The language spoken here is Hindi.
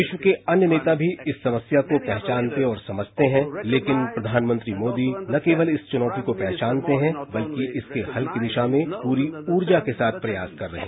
विश्व के अन्य नेता भी इस समस्या को पहचानते और समझते हैं लेकिन प्रधानमंत्री मोदी न कंवल इस चुनौती को पहचानते हैं बल्कि इसके हल की दिशा में पूरी ऊर्जा के साथ प्रयास कर रहे हैं